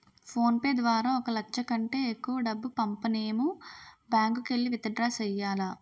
phone pay ద్వారా ఒక లచ్చ కంటే ఎక్కువ డబ్బు పంపనేము బ్యాంకుకెల్లి విత్ డ్రా సెయ్యాల